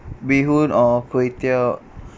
bee hoon or kueh teow